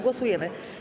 Głosujemy.